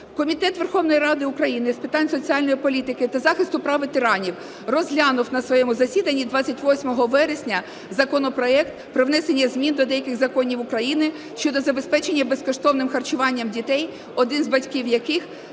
Комітет Верховної Ради України з питань соціальної політики та захисту прав ветеранів розглянув на своєму засіданні 28 вересня законопроект про внесення змін до деяких законів України щодо забезпечення безкоштовним харчуванням дітей, один з батьків яких